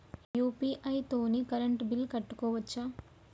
UPI తోని current bill కట్టుకోవచ్ఛా?